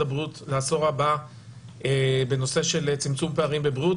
הבריאות לעשור הבא בנושא של צמצום פערים בבריאות,